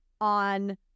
on